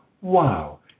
wow